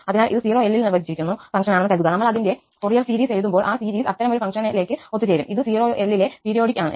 അതിനാൽ ഇത് 0 𝐿 ൽ നിർവചിച്ചിരിക്കുന്ന ഫംഗ്ഷനാണെന്ന് കരുതുക നമ്മൾ അതിന്റെ ഫോറിയർ സീരീസ് എഴുതുമ്പോൾ ആ സീരീസ് അത്തരമൊരു ഫംഗ്ഷനിലേക്ക് ഒത്തുചേരും ഇത് 0 𝐿 ലെ പീരിയോഡിക് ആണ്